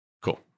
Cool